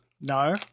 no